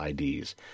IDs